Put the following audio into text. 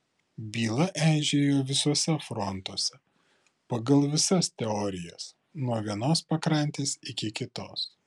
byla eižėjo visuose frontuose pagal visas teorijas nuo vienos pakrantės iki kitos